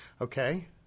Okay